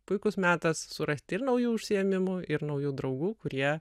puikus metas surasti ir naujų užsiėmimų ir naujų draugų kurie